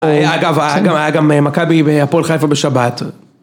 אה, אגב, היה גם מכבי והפועל חיפה בשבת.